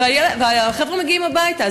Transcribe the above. והחבר'ה מגיעים הביתה.